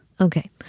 Okay